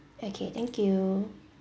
okay thank you